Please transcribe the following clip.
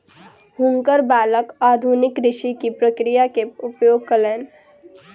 हुनकर बालक आधुनिक कृषि प्रक्रिया के उपयोग कयलैन